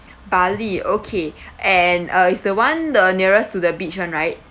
bali okay and uh is the one the nearest to the beach one right